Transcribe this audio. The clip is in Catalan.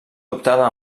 adoptada